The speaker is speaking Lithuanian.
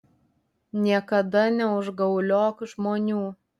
niekada neužgauliok žmonių